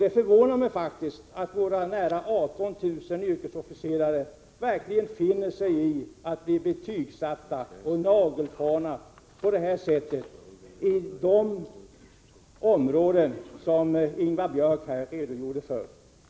Det förvånar mig att våra ca 18 000 yrkesofficerare verkligen finner sig i att bli betygsatta och nagelfarna på detta sätt, vilket Ingvar Björk redogjorde för.